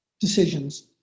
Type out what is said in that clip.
decisions